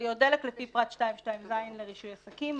למכליות דלק לפי פרט 2.2ז לרישוי עסקים.